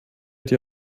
dir